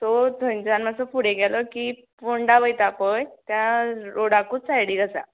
so थंयचान मास्सो फुडें गेलो की पोंडा वयता पळय त्या रोडाकूच सायडीक आसा